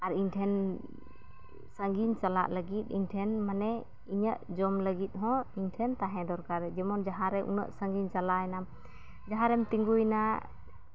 ᱟᱨ ᱤᱧ ᱴᱷᱮᱱ ᱥᱟᱺᱜᱤᱧ ᱪᱟᱞᱟᱜ ᱞᱟᱹᱜᱤᱫ ᱤᱧᱴᱷᱮᱱ ᱢᱟᱱᱮ ᱤᱧᱟᱹᱜ ᱡᱚᱢ ᱞᱟᱹᱜᱤᱫ ᱦᱚᱸ ᱤᱧᱴᱷᱮᱱ ᱛᱟᱦᱮᱸ ᱫᱚᱨᱠᱟᱨ ᱡᱮᱢᱚᱱ ᱡᱟᱦᱟᱸᱨᱮ ᱩᱱᱟᱹᱜ ᱥᱟᱹᱜᱤᱧ ᱪᱟᱞᱟᱣᱮᱱᱟᱢ ᱡᱟᱦᱟᱸᱨᱮᱢ ᱛᱤᱸᱜᱩᱭᱮᱱᱟ